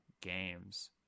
games